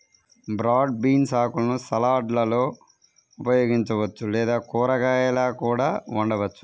broad beans ఆకులను సలాడ్లలో ఉపయోగించవచ్చు లేదా కూరగాయలా కూడా వండవచ్చు